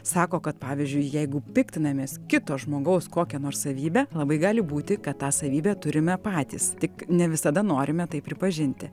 sako kad pavyzdžiui jeigu piktinamės kito žmogaus kokia nors savybe labai gali būti kad tą savybę turime patys tik ne visada norime tai pripažinti